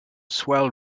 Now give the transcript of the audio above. swell